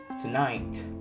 tonight